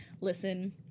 Listen